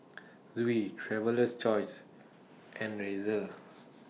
Viu Traveler's Choice and Razer